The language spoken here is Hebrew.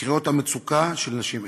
לקריאות המצוקה של נשים אלו?